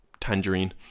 tangerine